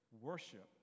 worship